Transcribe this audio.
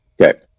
Okay